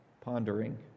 pondering